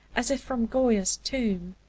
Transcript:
as if from goya's tomb,